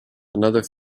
another